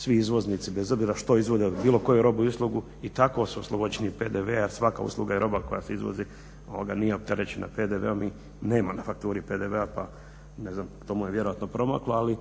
svi izvozni bez obzira što izvoze bilo koju robu u izlogu i tako su oslobođeni PDV-a jer svaka usluga i roba koja se izvozi nije opterećena PDV-om i nema na fakturi PDV-a, pa ne znam to mu je vjerojatno promaklo. Ali